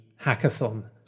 hackathon